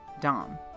Dom